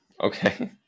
okay